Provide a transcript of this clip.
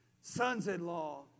sons-in-law